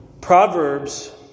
Proverbs